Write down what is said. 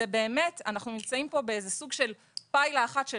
באמת אנחנו נמצאים פה בסוג של פיילה אחת של